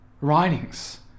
writings